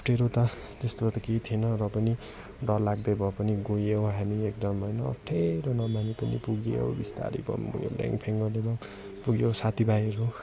अप्ठ्यारो त त्यस्तो त केही थिएन र पनि डर लाग्दै भए पनि गइयो हामी एकदम अप्ठ्यारो नमानी पुगियो बिस्तारी भए पनि गयो ल्याङफ्याङ गर्दै भए पनि पुग्यो साथी भाइहरू